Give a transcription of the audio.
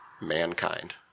mankind